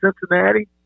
Cincinnati